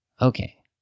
Okay